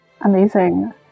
amazing